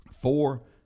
Four